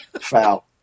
foul